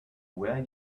where